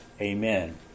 Amen